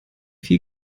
viel